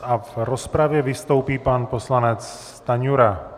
V rozpravě vystoupí pan poslanec Stanjura.